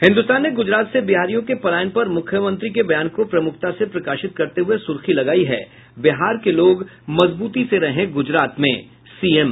हिन्दुस्तान ने गुजरात से बिहारियों के पलायन पर मुख्यमंत्री के बयान को प्रमुखता से प्रकाशित करते हुये सुर्खी लगायी है बिहार के लोग मजबूती से रहें गूजरात में सीएम